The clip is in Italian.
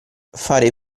fare